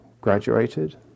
graduated